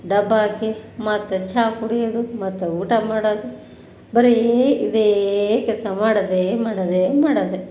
ದಬ್ಬಾಕಿ ಮತ್ತು ಚಹಾ ಕುಡಿಯೋದು ಮತ್ತು ಊಟ ಮಾಡೋದು ಬರೀ ಇದೇ ಕೆಲಸ ಮಾಡೋದೆ ಮಾಡೋದೆ ಮಾಡೋದೆ